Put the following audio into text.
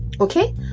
okay